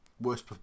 Worst